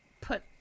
put